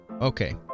okay